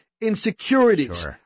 insecurities